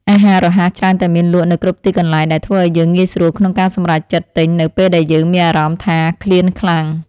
អាហាររហ័សច្រើនតែមានលក់នៅគ្រប់ទីកន្លែងដែលធ្វើឲ្យយើងងាយស្រួលក្នុងការសម្រេចចិត្តទិញនៅពេលដែលយើងមានអារម្មណ៍ថា ឃ្លានខ្លាំង។